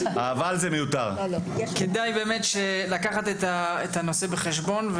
כדאי לקחת את הנושא בחשבון,